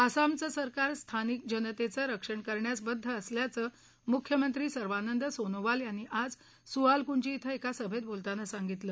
आसामचं सरकार स्थानिक जनतेचं रक्षण करण्यास बद्ध असल्याचं मुख्यमंत्री सर्वानंद सोनोवाल यांनी आज सुआलकुंची धिं एका सभेत बोलताना सांगितलं